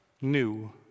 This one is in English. new